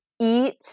eat